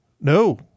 No